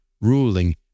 ruling